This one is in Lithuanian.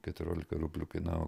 keturiolika rublių kainavo